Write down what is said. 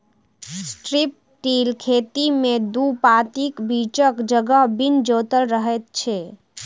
strip till खेती मे दू पाँतीक बीचक जगह बिन जोतल रहैत छै